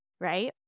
Right